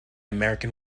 american